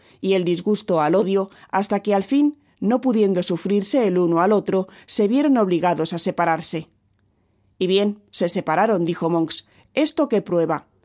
y el disgusto al odio hasta que al fin no pudiendo sufrirse el uno al otro se vieron obliga dos á separarse content from google book search generated at y bien se separaron dijo monks esto qué prueba